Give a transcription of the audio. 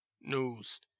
news